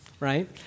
right